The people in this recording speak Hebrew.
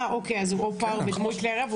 או פער בדמוי כלי הירייה.